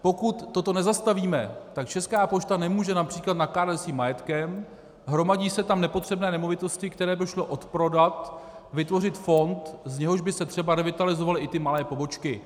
Pokud toto nezastavíme, tak Česká pošta nemůže například nakládat se svým majetkem, hromadí se tam nepotřebné nemovitosti, které by šlo odprodat, vytvořit fond, z něhož by se třeba revitalizovaly i ty malé pobočky.